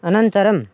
अनन्तरम्